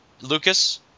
Lucas